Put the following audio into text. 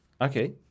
Okay